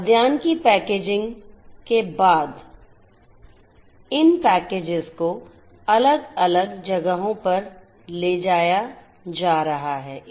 खाद्यान्न की पैकेजिंग के बाद इन पैकेजेस को अलग अलग जगहों पर ले जाया जा रहा है